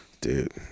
Dude